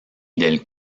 del